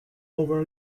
over